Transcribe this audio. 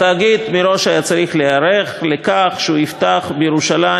התאגיד מראש היה צריך להיערך לכך שהוא יפתח בירושלים,